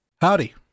Howdy